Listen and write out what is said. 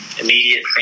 immediate